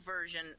version